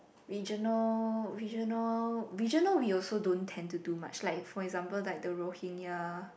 regional regional regional we also don't tend to do much like for example like the Rohingya